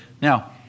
Now